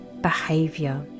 behavior